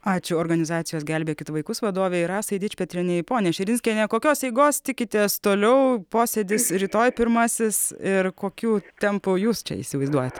ačiū organizacijos gelbėkit vaikus vadovei rasai dičpetrienei ponia širinskiene kokios eigos tikitės toliau posėdis rytoj pirmasis ir kokių tempų jūs čia įsivaizduojat